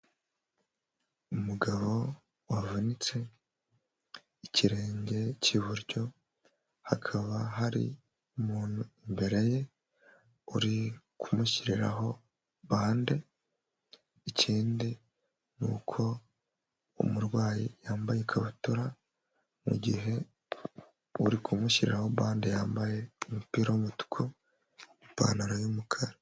Umugabo wavunitse ikirenge cy'iburyo, hakaba hari umuntu imbere ye uri kumushyiriraraho bande, ikindi ni uko umurwayi yambaye ikabutura, mu gihe uri kumushyiriraho bande yambaye umupira w'umutuku, ipantaro y'umukara.